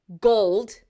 gold